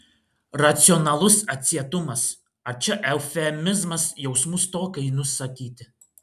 racionalus atsietumas ar čia eufemizmas jausmų stokai nusakyti